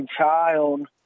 child